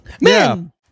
Man